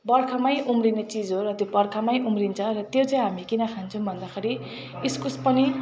बर्खामै उम्रिने चिज हो र त्यो भर्खामै उम्रिन्छ र त्यो चाहिँ हामी किन खान्छौँ भन्दाखेरि इस्कुस पनि